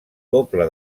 doble